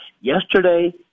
yesterday